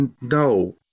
No